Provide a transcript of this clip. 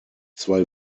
zwei